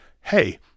hey